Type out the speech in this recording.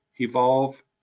evolve